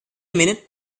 minute